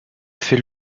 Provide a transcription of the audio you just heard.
fait